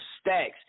stacks